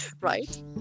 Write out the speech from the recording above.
Right